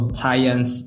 science